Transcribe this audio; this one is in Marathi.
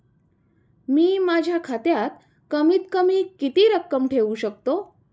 मी माझ्या खात्यात कमीत कमी किती रक्कम ठेऊ शकतो?